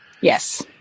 yes